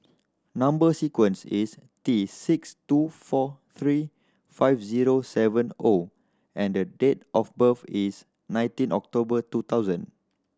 number sequence is T six two four three five zero seven O and date of birth is nineteen October two thousand